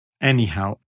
anyhow